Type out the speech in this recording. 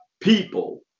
people